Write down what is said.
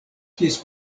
kies